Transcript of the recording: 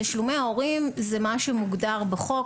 תשלומי הורים זה מה שמוגדר בחוק,